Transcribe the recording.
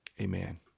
Amen